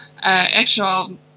actual